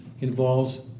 involves